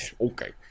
okay